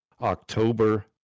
October